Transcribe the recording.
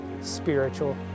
spiritual